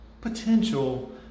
potential